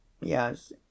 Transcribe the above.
Yes